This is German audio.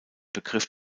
begriff